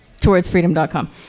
TowardsFreedom.com